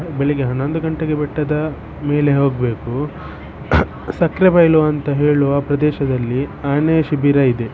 ಬೆಳಿಗ್ಗೆ ಹನ್ನೊಂದು ಗಂಟೆಗೆ ಬೆಟ್ಟದ ಮೇಲೆ ಹೋಗಬೇಕು ಸಕ್ರೆಬೈಲು ಅಂತ ಹೇಳುವ ಪ್ರದೇಶದಲ್ಲಿ ಆನೆ ಶಿಬಿರ ಇದೆ